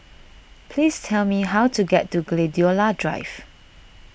please tell me how to get to Gladiola Drive